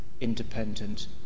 independent